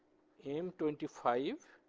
m twenty five